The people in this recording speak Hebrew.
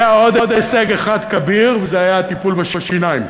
היה עוד הישג אחד כביר וזה היה הטיפול בשיניים.